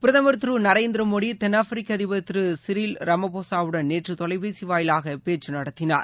பிரதமர் திரு நரேந்திர மோடி தென்னாப்பிரிக்க அதிபர் திரு சிறில் ரமபோசாவுடன் நேற்று தொலைபேசி வாயிலாக பேச்சு நடத்தினார்